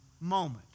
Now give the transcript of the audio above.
moment